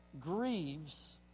grieves